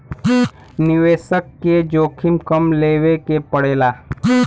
निवेसक के जोखिम कम लेवे के पड़ेला